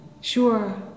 Sure